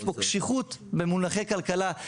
יש פה קשיחות במונחי כלכלה,